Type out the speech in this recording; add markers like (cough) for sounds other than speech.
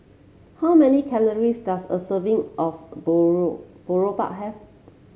how many calories does a serving of (unintelligible) Boribap have